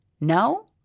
No